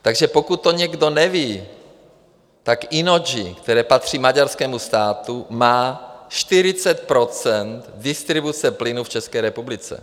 Takže pokud to někdo neví, tak Innogy, které patří maďarskému státu, má 40 % distribuce plynu v České republice.